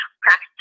practice